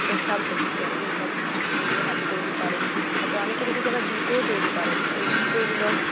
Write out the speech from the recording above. এই সব দেখেছি আর কি এই সব নিজে হাতে তৈরি করেন তারপর অনেকে দেখেছি আবার জুতোও তৈরি করেন ওই জুতোগুলো